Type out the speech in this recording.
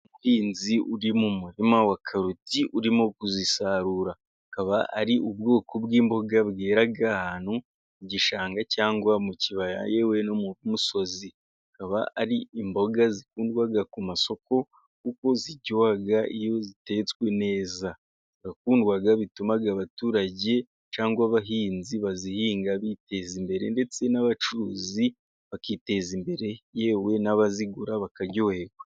Umuhinzi uri mu murima wa karoti urimo kuzisarura ,akaba ari ubwoko bw'imboga bwera ahantu mu gishanga, cyangwa mu kibaya yewe no mu musozi ,akaba ari imboga zikundwa ku masoko ,kuko ziryoha iyo zitetswe neza zirakundwa ,bituma abaturage cyangwa abahinzi bazihinga biteza imbere ,ndetse n'abacuruzi bakiteza imbere yewe n'abazigura bakaryoherwa.